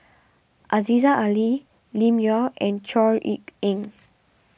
Aziza Ali Lim Yau and Chor Yeok Eng